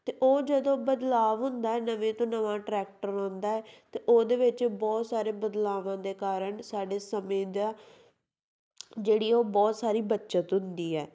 ਅਤੇ ਉਹ ਜਦੋਂ ਬਦਲਾਵ ਹੁੰਦਾ ਹੈ ਨਵੇਂ ਤੋਂ ਨਵਾਂ ਟਰੈਕਟਰ ਆਉਂਦਾ ਹੈ ਤਾਂ ਉਹਦੇ ਵਿੱਚ ਬਹੁਤ ਸਾਰੇ ਬਦਲਾਵਾਂ ਦੇ ਕਾਰਨ ਸਾਡੇ ਸਮੇਂ ਦਾ ਜਿਹੜੀ ਉਹ ਬਹੁਤ ਸਾਰੀ ਬੱਚਤ ਹੁੰਦੀ ਹੈ